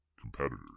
competitors